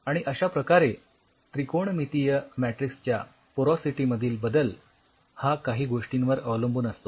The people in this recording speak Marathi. आणि अश्या प्रकारे त्रिकोणमितीय मॅट्रिक्सच्या पोरॉसिटी मधील बदल हा काही गोष्टींवर अवलंबून असतो